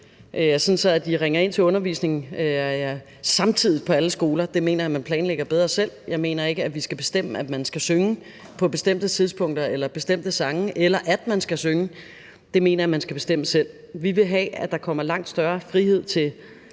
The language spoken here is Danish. sådan at de ringer ind til undervisning samtidig på alle skoler. Det mener jeg man kan planlægge bedre selv. Jeg mener ikke, at vi skal bestemme, at man skal synge på bestemte tidspunkter eller synge bestemte sange, eller at man skal synge. Det mener jeg man skal bestemme selv. Vi vil have, at der kommer langt større frihed til